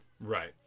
Right